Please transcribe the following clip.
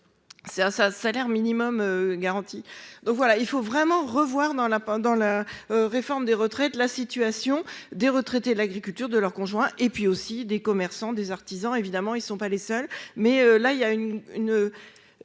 C'est ça, salaire minimum garanti, donc voilà, il faut vraiment revoir dans la pendant la réforme des retraites, la situation des retraités de l'agriculture de leur conjoint, et puis aussi des commerçants, des artisans, évidemment ils ne sont pas les seuls, mais là il y a une